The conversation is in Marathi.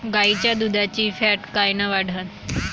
गाईच्या दुधाची फॅट कायन वाढन?